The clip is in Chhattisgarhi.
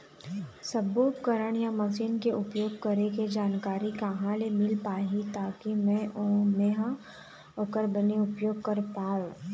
सब्बो उपकरण या मशीन के उपयोग करें के जानकारी कहा ले मील पाही ताकि मे हा ओकर बने उपयोग कर पाओ?